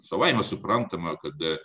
savaime suprantama kad